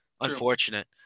unfortunate